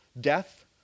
death